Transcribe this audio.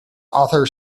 author